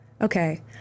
Okay